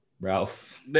ralph